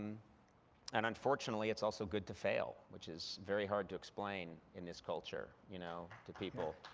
and unfortunately, it's also good to fail, which is very hard to explain in this culture you know to people.